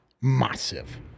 massive